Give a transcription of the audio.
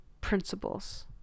principles